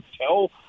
tell